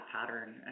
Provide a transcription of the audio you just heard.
pattern